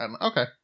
Okay